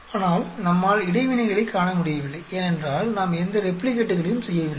ஆனால் நம்மால் இடைவினைகளைக் காண முடியவில்லை ஏனென்றால் நாம் எந்த ரெப்ளிகேட்டுகளையும் செய்யவில்லை